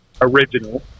original